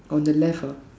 on the left ah